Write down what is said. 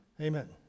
Amen